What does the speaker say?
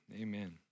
amen